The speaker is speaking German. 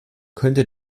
könne